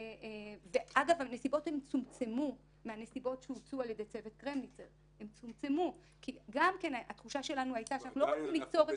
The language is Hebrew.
יש סיכוי שבעוד ישיבה או